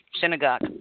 synagogue